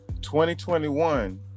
2021